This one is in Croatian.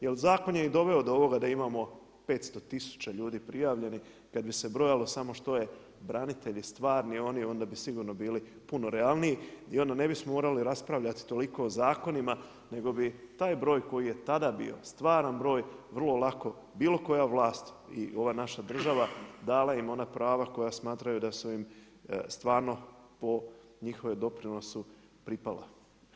Jer zakon je i doveo do ovoga da imamo 500 tisuća ljudi prijavljenih, kad bi se brojalo samo što su branitelji stvarni oni onda bi sigurno bili puno realniji i ne bismo morali raspravljati toliko o zakonima nego bi taj broj koji je tada bio stvaran broj, vrlo lako, bilo koja vlast i ova naša država, dala im ona prava koja smatraju da su im stvarno po njihovom doprinosu pripala.